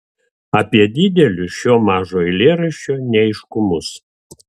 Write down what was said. apie didelius šio mažo eilėraščio neaiškumus